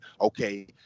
Okay